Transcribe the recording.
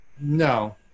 No